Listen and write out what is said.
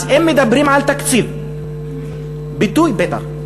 אז אם מדברים על תקציב ביטוי, בטח,